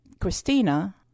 Christina